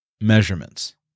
measurements